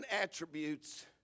attributes